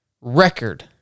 record